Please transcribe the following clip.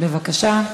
בבקשה,